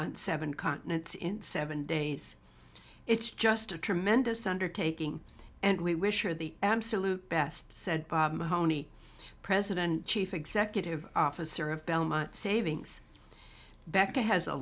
on seven continents in seven days it's just a tremendous undertaking and we wish her the absolute best said bob mahoney president chief executive officer of belmont savings becca has a